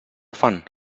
fan